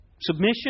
Submission